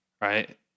Right